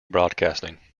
broadcasting